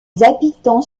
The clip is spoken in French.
habitants